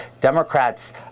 Democrats